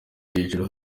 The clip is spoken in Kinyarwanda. hejuru